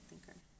thinker